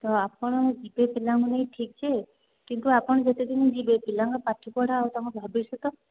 ତ ଆପଣ ଯିବେ ପିଲାଙ୍କୁ ନେଇକି ଠିକ ଯେ କିନ୍ତୁ ଆପଣ ଯେତେ ଦିନ ଯିବେ ପିଲାଙ୍କ ପାଠ ପଢ଼ା ଆଉ ତାଙ୍କ ଭବିଷ୍ୟତ